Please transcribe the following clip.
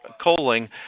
coaling